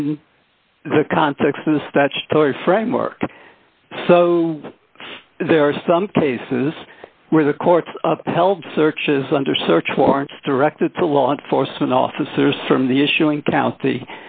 in the context of the statutory framework so there are some cases where the courts upheld searches under search warrants directed to law enforcement officers from the issuing county